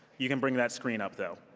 you can bring that screen up, though.